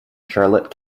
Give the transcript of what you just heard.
charlotte